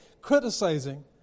criticizing